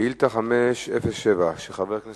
בשבוע שעבר פורסם